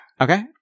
Okay